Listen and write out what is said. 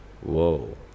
whoa